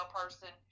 person